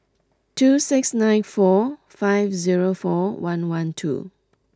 two six nine four five zero four one one two